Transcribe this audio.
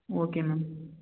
okay ma'am